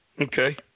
Okay